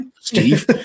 Steve